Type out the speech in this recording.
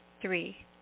three